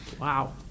Wow